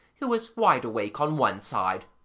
who was wide awake on one side,